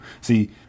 See